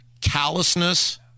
callousness